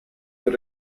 the